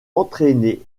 entraîner